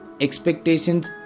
Expectations